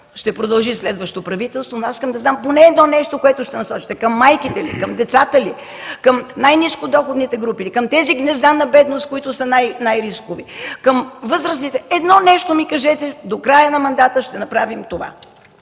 ще продължи следващо правителство, но аз искам да кажете поне едно нещо, което ще насочите – към майките ли, към децата ли, към най-нискодоходните групи ли, към тези гнезда на бедност, които са най-рискови ли, към възрастните ли? Едно нещо ми кажете – до края на мандата ще направим това.